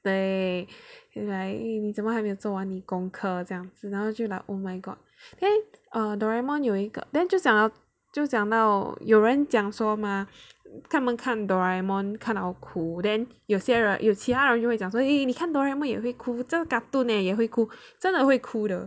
对 like 你怎么还没有做完你功课这样只能就 like oh my god then err Doraemon 有一个 then 就讲就讲到有人讲说吗他们看 Doraemon 看到哭 then you 有些有其他人就会讲说 eh 你看 Doraemon 也会哭这个 cartoon leh 也会哭真的会哭的